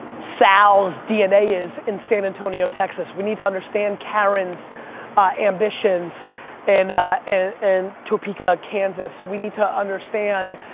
sal's dna is in san antonio, texas. we need to understand karen's ambitions in and and topeka, kansas. we need to understand